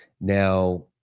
Now